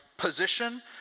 position